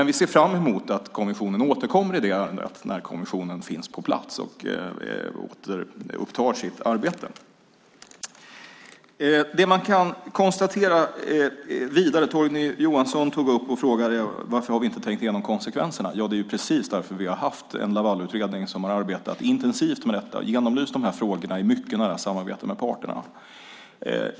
Vi ser fram emot att kommissionen återkommer i ärendet när kommissionen finns på plats och åter upptar sitt arbete. Torgny Johansson frågade varför vi inte har tänkt igenom konsekvenserna. Det är precis därför vi har haft en Lavalutredning som har arbetat intensivt med detta och genomlyst frågorna i mycket nära samarbete med parterna.